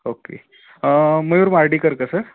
okay Mayur Mardikar का sir